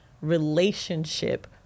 relationship